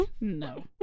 No